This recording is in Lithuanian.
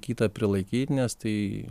kitą prilaikyt nes tai